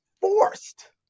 forced